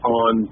on